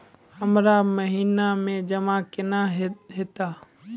हमरा महिना मे जमा केना हेतै?